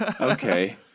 Okay